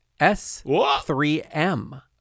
S3M